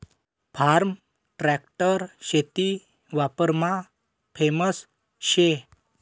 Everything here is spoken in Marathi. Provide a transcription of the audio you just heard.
फार्म ट्रॅक्टर शेती वापरमा फेमस शे